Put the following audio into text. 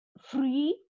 free